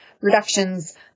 reductions